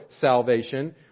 salvation